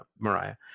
mariah